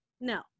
No